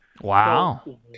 Wow